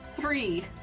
Three